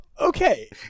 Okay